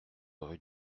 rue